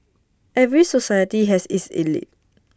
every society has its elite